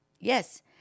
Yes